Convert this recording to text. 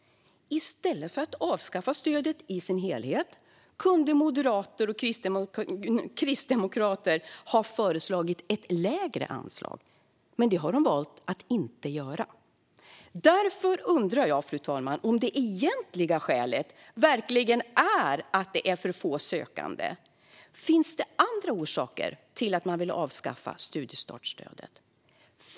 I stället för att avskaffa stödet i sin helhet kunde moderater och kristdemokrater ha föreslagit ett lägre anslag. Men det har de valt att inte göra. Därför undrar jag, fru talman, om det egentliga skälet verkligen är att det är för få sökande. Finns det andra orsaker till att man vill avskaffa studiestartsstödet?